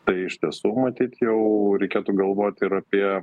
tai iš tiesų matyt jau reikėtų galvoti ir apie